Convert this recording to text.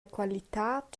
qualitad